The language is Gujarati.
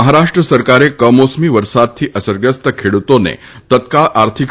મહારાષ્ટ્ર સરકારે કમોસમી વરસાદથી અસરગ્રસ્ત ખેડૂતોને તત્કાળ આર્થિક